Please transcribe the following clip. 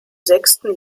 sechsten